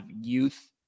youth